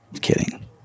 kidding